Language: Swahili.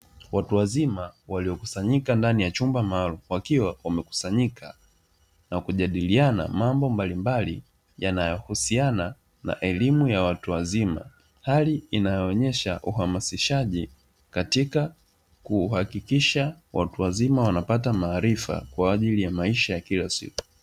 Watu wazima waliokusanyika ndani ya chumba maalumu wakiwa wamekusanyika na kujadiliana mambo mbalimbali yanayohusiana na elimu ya watu wazima, hali inayoonyesha uhamasishaji katika kuhakikisha watu wazima wanapata maarifa kwaajili ya maisha ya kila siku.